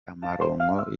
amaronko